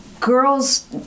Girls